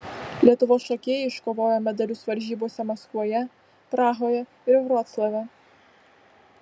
lietuvos šokėjai iškovojo medalius varžybose maskvoje prahoje ir vroclave